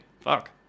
Fuck